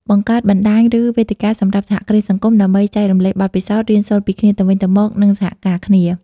បង្កើតបណ្តាញ ឬវេទិកាសម្រាប់សហគ្រាសសង្គម ដើម្បីចែករំលែកបទពិសោធន៍ រៀនសូត្រពីគ្នាទៅវិញទៅមក និងសហការគ្នា ។